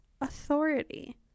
authority